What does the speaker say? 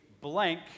blank